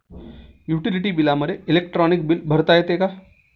Utility बिलामध्ये electronic bill भरता येते का?